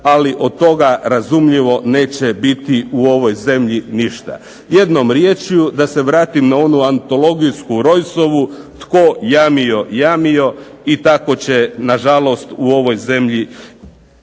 ali od toga razumljivo neće biti u ovoj zemlji ništa. Jednom riječju, da se vratim na onu antologijsku Rojsovu tko jamio jamio i tako će na žalost u ovoj zemlji